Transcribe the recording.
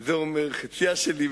זה אומר חציה שלי,